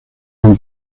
una